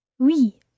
Oui